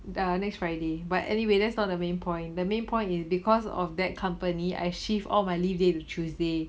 ah next friday but anyway that's not the main point the main point is because of that company I shift all my leave day to tuesday